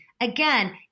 Again